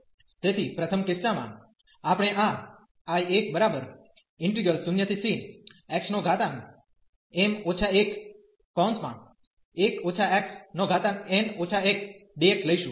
તેથી પ્રથમ કિસ્સામાં આપણે આ I10cxm 11 xn 1dx લઈશું